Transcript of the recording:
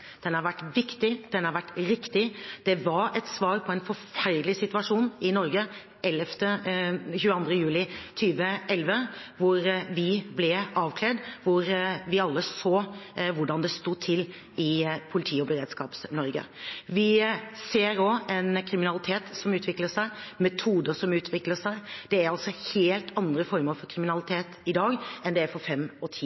Den har vært viktig, og den har vært riktig. Det var et svar på en forferdelig situasjon i Norge 22. juli 2011, da vi ble avkledd, og da vi alle så hvordan det sto til i Politi- og Beredskaps-Norge. Vi ser også en kriminalitet som utvikler seg, og metoder som utvikler seg. Det er helt andre former for kriminalitet i dag enn det var for fem og ti